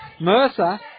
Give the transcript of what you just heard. Mercer